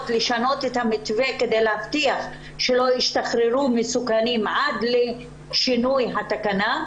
לשנות את המתווה כדי להבטיח שלא ישתחררו מסוכנים עד לשינוי התקנה?